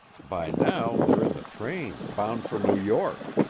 by now they're in the train, bound for new york.